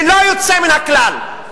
ללא יוצא מן הכלל,